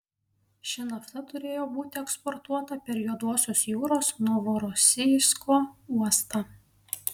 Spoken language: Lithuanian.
ši nafta turėjo būti eksportuota per juodosios jūros novorosijsko uostą